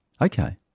Okay